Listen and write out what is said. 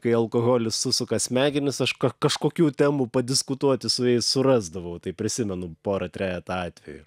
kai alkoholis susuka smegenis aš kažkokių temų padiskutuoti su jais surasdavau tai prisimenu porą trejetą atvejų